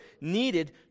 needed